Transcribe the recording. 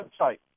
website